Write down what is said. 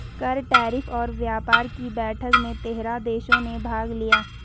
कर, टैरिफ और व्यापार कि बैठक में तेरह देशों ने भाग लिया